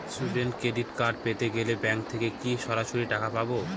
Student credit card পেতে গেলে bank থেকে কি সরাসরি টাকা পাবো?